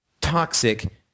toxic